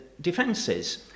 defences